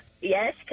Yes